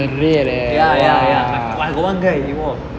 ya ya ya I got one guy he wore